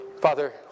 Father